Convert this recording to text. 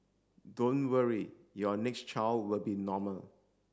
don't worry your next child will be normal